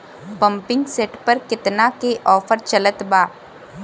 Pumping set पर केतना के ऑफर चलत बा?